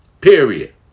Period